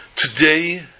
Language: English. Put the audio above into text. Today